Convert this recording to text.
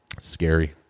scary